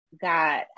God